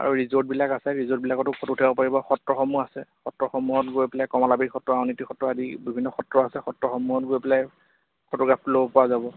আৰু ৰিজৰ্টবিলাক আছে ৰিজৰ্টবিলাকতো ফটো উঠাব পাৰিব সত্ৰসমূহ আছে সত্ৰসমূহত গৈ পেলাই কমলাবীৰ সত্ৰ আউনী আটী সত্ৰ আদি বিভিন্ন সত্ৰ আছে সত্ৰসমূহত গৈ পেলাই ফটোগ্ৰাফ ল'বপৰা যাব